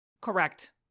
Correct